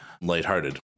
lighthearted